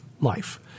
life